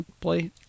play